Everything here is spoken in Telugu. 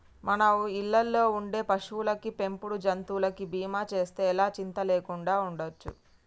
మన ఇళ్ళల్లో ఉండే పశువులకి, పెంపుడు జంతువులకి బీమా చేస్తే ఎలా చింతా లేకుండా ఉండచ్చు